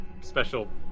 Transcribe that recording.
special